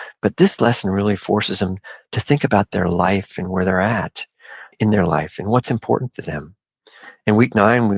but this lesson really forces them to think about their life and where they're at in their life and what's important to them in week nine,